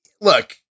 look